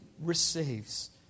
receives